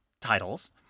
titles